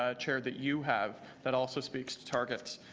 ah chair that you have that also speaks to targets.